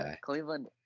Cleveland